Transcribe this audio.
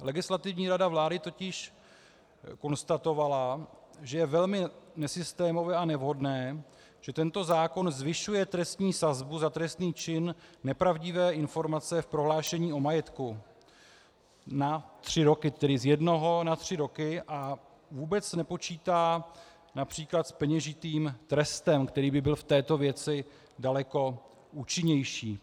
Legislativní rada vlády totiž konstatovala, že je velmi nesystémové a nevhodné, že tento zákon zvyšuje trestní sazbu za trestný čin nepravdivé informace v prohlášení o majetku na tři roky, tedy z jednoho na tři roky, a vůbec nepočítá například s peněžitým trestem, který by byl v této věci daleko účinnější.